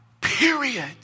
period